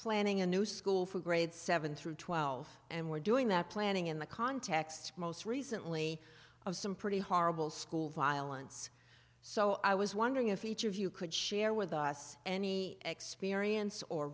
planning a new school for grades seven through twelve and we're doing that planning in the context most recently of some pretty horrible school violence so i was wondering if each of you could share with us any experience or